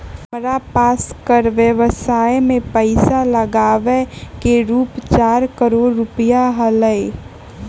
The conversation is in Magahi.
हमरा पास कर व्ययवसाय में पैसा लागावे के रूप चार करोड़ रुपिया हलय